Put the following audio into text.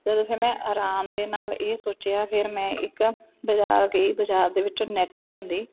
ਉਦੋਂ ਫਿਰ ਮੈਂ ਆਰਾਮ ਦੇ ਨਾਲ ਇਹ ਸੋਚਿਆ ਫਿਰ ਮੈਂ ਇੱਕ ਬਜ਼ਾਰ ਗਈ ਬਜ਼ਾਰ ਦੇ ਵਿੱਚੋਂ ਨੈੱਟ ਲਿਆਉਂਦੀ